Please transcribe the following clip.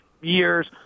years